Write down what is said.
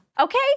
Okay